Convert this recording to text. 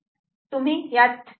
तुम्ही या 3